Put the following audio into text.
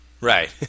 Right